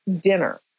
dinner